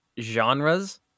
genres